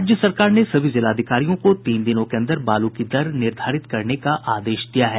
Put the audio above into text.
राज्य सरकार ने सभी जिलाधिकारियों को तीन दिनों के अन्दर बालू की दर निर्धारित करने का आदेश दिया है